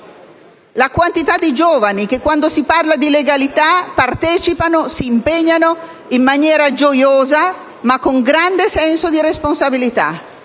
la quantità di giovani, i quali, quando si parla di legalità, partecipano e si impegnano in maniera gioiosa, ma con grande senso di responsabilità.